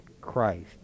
Christ